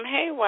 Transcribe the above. Hey